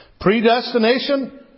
Predestination